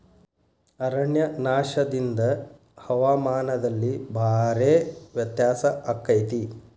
ಅರಣ್ಯನಾಶದಿಂದ ಹವಾಮಾನದಲ್ಲಿ ಭಾರೇ ವ್ಯತ್ಯಾಸ ಅಕೈತಿ